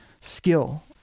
skill